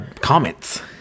comments